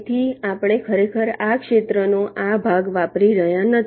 તેથી આપણે ખરેખર આ ક્ષેત્રનો આ ભાગ વાપરી રહ્યા નથી